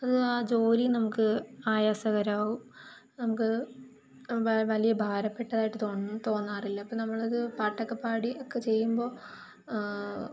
അത് ആ ജോലിയും നമുക്ക് ആയാസകരമാവും നമുക്ക് വ വലിയ ഭാരപ്പെട്ടതായിട്ട് തോ തോന്നാറില്ല അപ്പോൾ നമ്മൾ പാട്ടൊക്കെ പാടി ഒക്കെ ചെയ്യുമ്പോൾ